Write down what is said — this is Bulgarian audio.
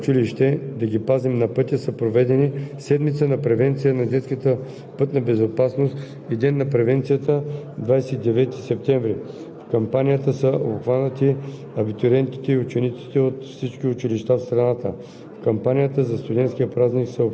„Децата тръгват на училище! Да ги пазим на пътя!“ и кампания за студентския празник 8 декември. В рамките на кампанията „Децата тръгват на училище! Да ги пазим на пътя!“ са проведени Седмица за превенция на детската пътна безопасност и Ден на превенцията